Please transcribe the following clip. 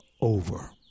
over